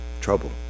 trouble